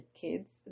kids